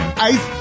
ice